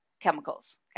chemicals